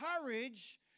courage